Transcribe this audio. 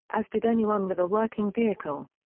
as did anyone with a working vehicle.